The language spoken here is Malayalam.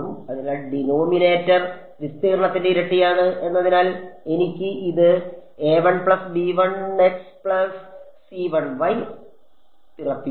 അതിനാൽ ഡിനോമിനേറ്റർ വിസ്തീർണ്ണത്തിന്റെ ഇരട്ടിയാണ് എന്നതിനാൽ എനിക്ക് ഇത് തിളപ്പിക്കുക